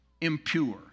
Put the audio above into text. impure